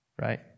right